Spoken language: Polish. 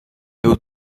był